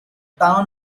town